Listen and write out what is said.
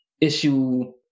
issue